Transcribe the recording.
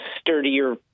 sturdier